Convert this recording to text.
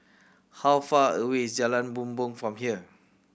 how far away is Jalan Bumbong from here